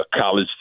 college